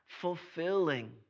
fulfilling